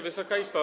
Wysoka Izbo!